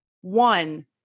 one